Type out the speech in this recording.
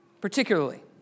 Particularly